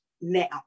now